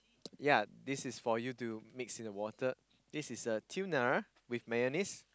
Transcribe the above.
ya this is for you to mix in the water this is a tuna with mayonnaise